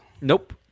Nope